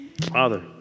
Father